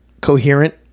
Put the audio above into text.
coherent